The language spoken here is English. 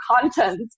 content